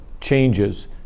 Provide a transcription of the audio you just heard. changes